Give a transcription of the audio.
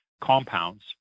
compounds